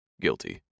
Guilty